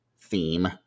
theme